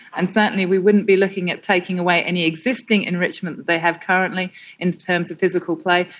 and certainly we wouldn't be looking at taking away any existing enrichment that they have currently in terms of physical play,